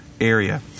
area